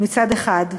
מצד אחד,